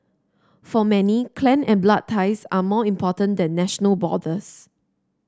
for many clan and blood ties are more important than national borders